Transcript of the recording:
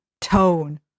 tone